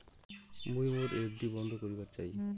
মুই মোর এফ.ডি বন্ধ করিবার চাই